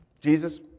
Jesus